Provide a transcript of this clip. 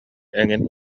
эҥин